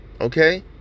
Okay